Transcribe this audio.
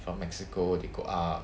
from mexico they go up